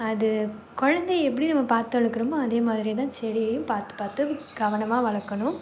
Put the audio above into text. அது குழந்தையை எப்படி நம்ம பார்த்து வளர்க்கரமோ அதேமாதிரியேதான் செடியும் பார்த்து பார்த்து கவனமாக வளர்க்கணும்